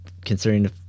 considering